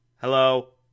hello